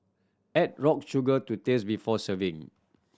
add rock sugar to taste before serving